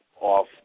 off